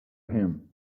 him